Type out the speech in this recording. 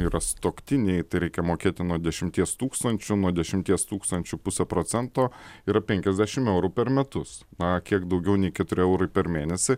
yra sutuoktiniai tai reikia mokėti nuo dešimties tūkstančių nuo dešimties tūkstančių pusė procento yra penkiasdešimt eurų per metus na kiek daugiau nei keturi eurai per mėnesį